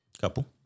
Couple